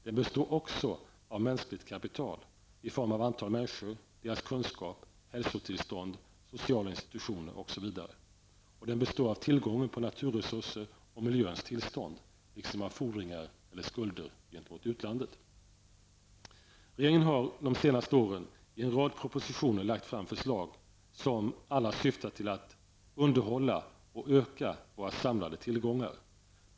Den består också av mänskligt kapital i form av antal människor och deras kunskap, hälsotillstånd, sociala institutioner, osv. Vidare består den av tillgången på naturresurser och miljöns tillstånd liksom av fordringar eller skulder gentemot utlandet. Regeringen har under de senaste åren i en rad propositioner lagt fram förslag som alla syftar till att underhålla och öka våra samlade tillgångar.